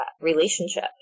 relationship